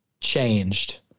changed